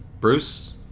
Bruce